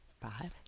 five